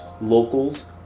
locals